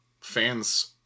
fans